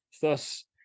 Thus